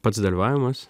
pats dalyvavimas